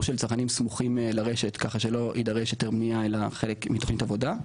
של צרכנים סמוכים לרשת ככה שלא יידרש יותר --- אלא חלק מתוכנית עבודה.